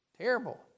Terrible